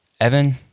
Evan